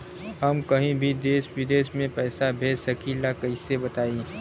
हम कहीं भी देश विदेश में पैसा भेज सकीला कईसे बताई?